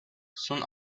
soon